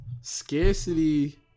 Scarcity